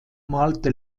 malte